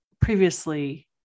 previously